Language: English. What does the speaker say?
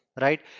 Right